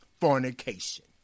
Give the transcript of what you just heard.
fornication